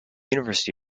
university